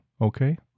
okay